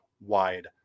wide